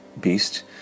beast